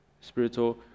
spiritual